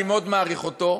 אני מאוד מעריך אותו,